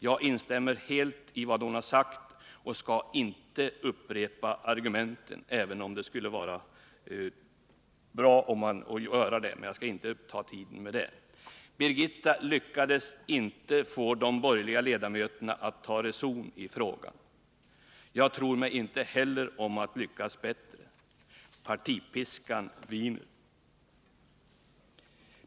Jag instämmer helt i vad hon har sagt och behöver inte upprepa argumenten, även om det skulle vara bra att göra det. Birgitta Dahl lyckades inte få de borgerliga ledamöterna att ta reson i frågan. Jag tror mig inte om att lyckas bättre. Partipiskan viner.